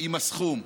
עם הסכום,